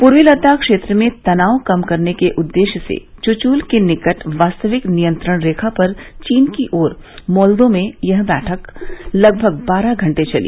पूर्वी लद्दाख क्षेत्र में तनाव कम करने के उद्देश्य से चुशुल के निकट वास्तविक नियंत्रण रेखा पर चीन की ओर मोलदो में हुई यह बैठक लगभग बारह घंटे चली